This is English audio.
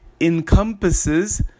encompasses